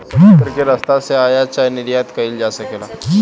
समुद्र के रस्ता से आयात चाहे निर्यात कईल जा सकेला